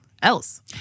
else